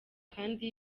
kandi